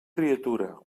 criatura